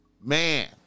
man